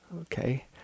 Okay